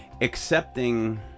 accepting